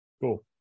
cool